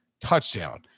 touchdown